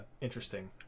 Interesting